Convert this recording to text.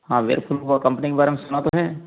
हाँ व्हेर्लपूल वो कंपनी के बारे में सुना तो है